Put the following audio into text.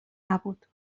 نبود